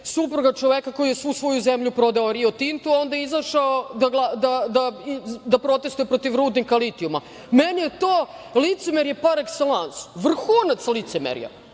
supruga čoveka koji je svu svoju zemlju prodao „Rio Tintu“, a onda izašao da protestvuje protiv rudnika litijuma. Meni je to licemerje par ekselans, vrhunac licemerja,